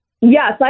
Yes